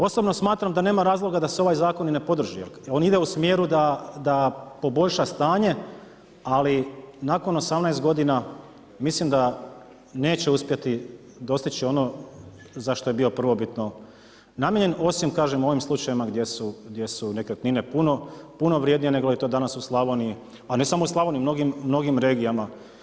Osobno smatram da nema razloga da se ovaj zakon ni ne podrži, on ide u smjeru da poboljša stanje ali nakon 18 godina mislim da neće uspjeti dostići ono za što je bio prvobitno namijenjen, osim kažem u ovim slučajevima gdje su nekretnine puno vrijednije nego li je to danas u Slavoniji a ne samo u Slavoniji, u mnogim, mnogim regijama.